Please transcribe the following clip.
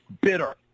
Bitter